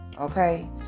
Okay